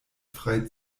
frei